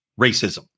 racism